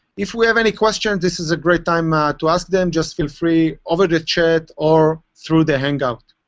if we have any questions, this is a great time ah to ask them. just feel free over the chat or through the handout.